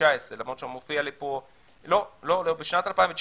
בניגוד למה ששמענו מכללית אתם לא מבקשים סיוע,